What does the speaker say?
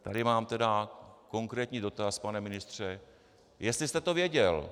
Tady mám konkrétní dotaz, pane ministře jestli jste to věděl?